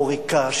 מוריקה,